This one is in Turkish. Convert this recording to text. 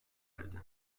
erdi